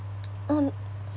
um